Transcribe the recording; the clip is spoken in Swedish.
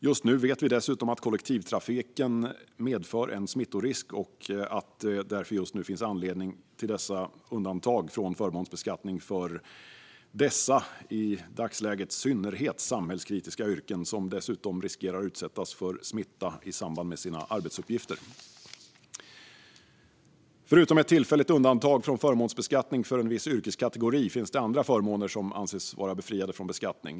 Just nu vet vi att kollektivtrafiken medför en smittorisk och att det därför finns anledning till dessa undantag från förmånsbeskattning för dessa i dagsläget synnerligen samhällskritiska yrkesgrupper, som dessutom riskerar att utsättas för smitta i och med sina arbetsuppgifter. Förutom ett tillfälligt undantag från förmånsbeskattning för en viss yrkeskategori finns det andra förmåner som anses vara befriade från beskattning.